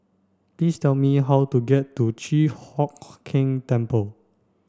please tell me how to get to Chi Hock Keng Temple